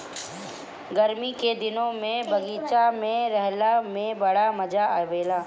गरमी के दिने में बगीचा में रहला में बड़ा मजा आवेला